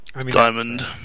diamond